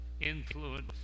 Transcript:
influence